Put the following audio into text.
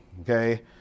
Okay